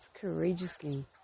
courageously